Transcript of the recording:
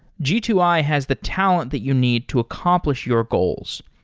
g two i has the talent that you need to accomplish your goals.